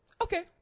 Okay